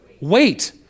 Wait